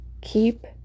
keep